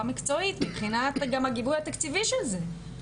מקצועית גם מבחינת הגיבוי התקציבי של זה.